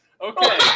Okay